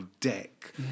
deck